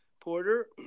Porter